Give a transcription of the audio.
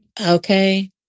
Okay